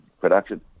production